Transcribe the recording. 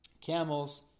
camels